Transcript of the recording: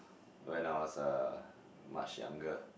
when I was uh much younger